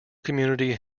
community